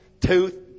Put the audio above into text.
tooth